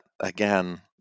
again